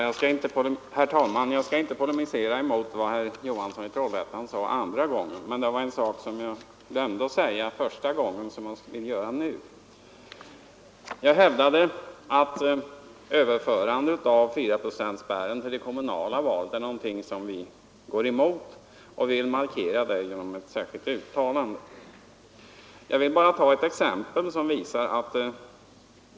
Herr talman! Jag skall inte polemisera mot vad herr Johansson i Trollhättan sade andra gången. Men det var en sak som jag glömde att säga. Jag hävdade att vi går emot överförande av fyraprocentsspärren till det kommunala valet. Vi vill markera detta genom ett särskillt yttrande från riksdagens sida.